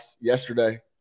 yesterday